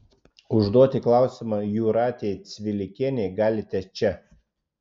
užduoti klausimą jūratei cvilikienei galite čia